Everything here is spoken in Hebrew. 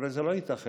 הרי זה לא ייתכן.